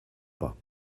pas